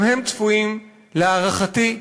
גם הם צפויים, להערכתי,